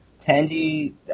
Tandy